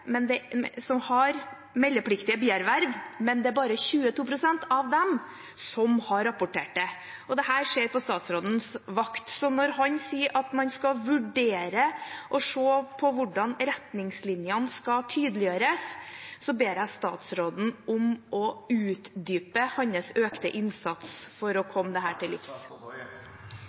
men det er bare 22 pst. av dem som har rapportert det. Dette skjer på statsrådens vakt. Når han sier at han skal vurdere å se på hvordan retningslinjene skal tydeliggjøres, ber jeg statsråden om å utdype sin økte innsats for å komme dette til livs.